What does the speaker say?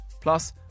Plus